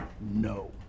No